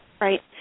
Right